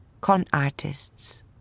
con-artists